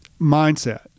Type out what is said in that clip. mindset